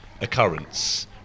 occurrence